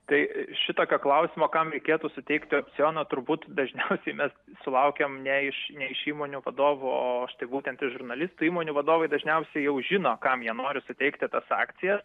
tai šitokio klausimo kam reikėtų suteikti opcioną turbūt dažniausiai mes sulaukiam ne iš ne iš įmonių vadovų o būtent iš žurnalistų įmonių vadovai dažniausiai jau žino kam jie nori suteikti tas akcijas